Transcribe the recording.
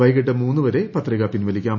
വൈകീട്ട് മൂന്ന് വരെ പത്രിക പിൻവലിക്കാം